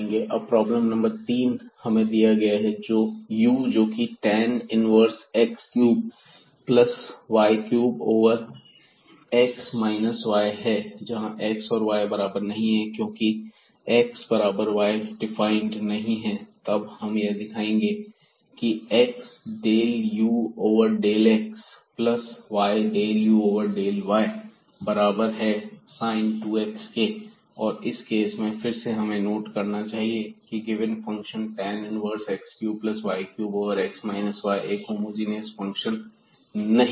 अब problem number 3 हमें दिया गया है u जोकि tan inverse x cube plus y cube over x minus y जहां x और y बराबर नहीं है क्योंकि यह x बराबर y पर डिफाइंड नहीं है तब हम यह दिखाएंगे की x del u over del x plus y del u over del y बराबर है sin 2x के और इस केस में फिर से हमें नोट करना चाहिए कि given function tan inverse x cube plus y cube over x minus y एक होमोजीनियस फंक्शन नहीं है